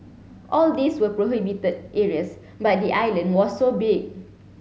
all these were prohibited areas but the island was so big